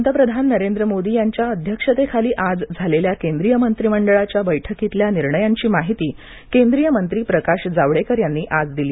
पंतप्रधान नरेंद्र मोदी यांच्या अध्यक्षतेखाली आज झालेल्या केंद्रीय मंत्रीमंडळाच्या बैठकीतल्या निर्णयांची माहिती केंद्रीय मंत्री प्रकाश जावडेकर यांनी आज दिली